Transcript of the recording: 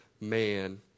man